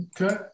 okay